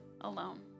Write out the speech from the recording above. alone